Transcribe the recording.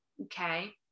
okay